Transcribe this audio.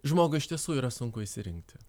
žmogui iš tiesų yra sunku išsirinkti